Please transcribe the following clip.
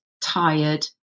tired